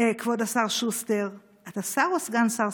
כבוד השר שוסטר, אתה שר או סגן שר?